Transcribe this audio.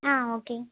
ஆ okay